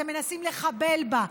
אתם גם מנסים לחבל בה,